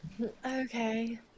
Okay